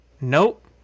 Nope